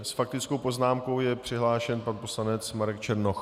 S faktickou poznámkou je přihlášen pan poslanec Marek Černoch.